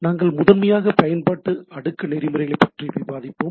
நாங்கள் முதன்மையாக பயன்பாட்டு அடுக்கு நெறிமுறைகளைப் பற்றி விவாதிப்போம்